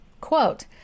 quote